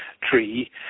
tree